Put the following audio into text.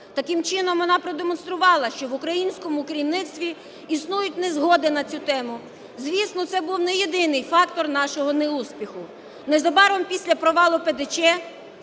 Таким чином, вона продемонструвала, що в українському керівництві існують незгоди на цю тему. Звісно, це був не єдиний фактор нашого неуспіху. Незабаром після провалу ПДЧ